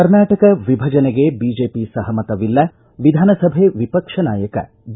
ಕರ್ನಾಟಕ ವಿಭಜನೆಗೆ ಬಿಜೆಪಿ ಸಹಮತವಿಲ್ಲ ವಿಧಾನಸಭೆ ವಿಪಕ್ಷ ನಾಯಕ ಬಿ